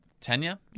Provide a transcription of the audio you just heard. Tanya